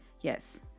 Yes